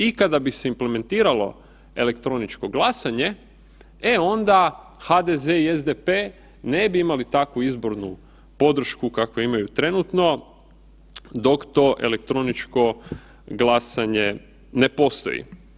I kada bi se implementiralo električno glasanje, e onda HDZ i SDP ne bi imali takvu izbornu podršku kakvu imaju trenutno dok to elektroničko glasanje ne postoji.